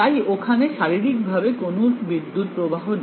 তাই ওখানে শারীরিকভাবে কোন বিদ্যুৎ প্রবাহ নেই